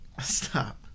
Stop